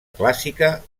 clàssica